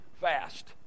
fast